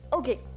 Okay